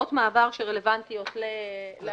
זה תיקוני